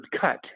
cut